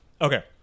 Okay